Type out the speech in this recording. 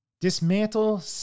Dismantle